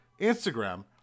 Instagram